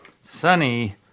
sunny